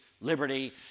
liberty